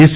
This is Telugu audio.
హెచ్